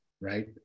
right